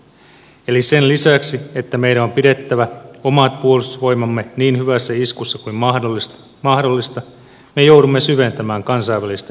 eli sen lisäksi että meidän on pidettävä omat puolustusvoimamme niin hyvässä iskussa kuin mahdollista me joudumme syventämään kansainvälistä yhteistyötämme